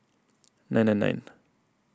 nine nine nine